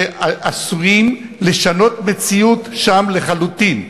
שעשויים לשנות את המציאות שם לחלוטין,